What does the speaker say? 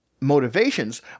motivations